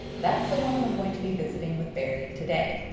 that's the one we're going to be visiting with barry today.